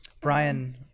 Brian